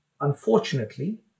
Unfortunately